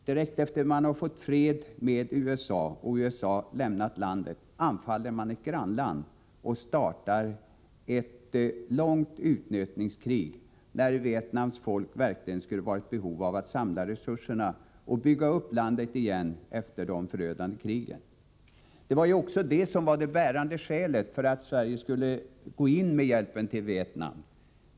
Direkt efter det att Vietnam fått fred med USA och USA lämnat landet anfaller man ett grannland och startar ett långt utnötningskrig, när Vietnams folk verkligen skulle ha varit i behov av att samla resurserna och bygga upp landet igen efter de förödande krigen. Detta var ju också det bärande skälet för att Sverige skulle gå in med hjälpen till Vietnam.